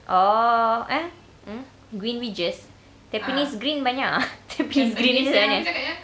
orh eh mm green ridges tampines green banyak ah tampines green banyak sangat